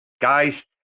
guys